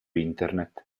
internet